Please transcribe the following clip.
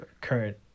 current